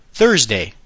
Thursday